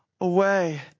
away